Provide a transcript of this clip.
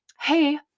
hey